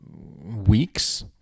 weeks